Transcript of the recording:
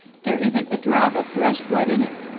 there isn't a drop of thrush blood in him.